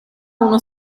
uno